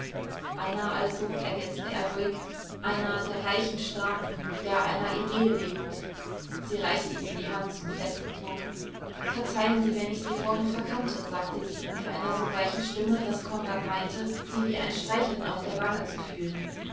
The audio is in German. einer also ergänzte er ruhig einer der reichen starken der einer idee lebt sie reichte ihm die hand zu festem druck verzeihen sie wenn ich sie vorhin verkannte sagte sie mit einer so weichen stimme daß konrad meinte sie wie ein streicheln auf der wange zu fühlen